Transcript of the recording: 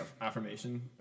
affirmation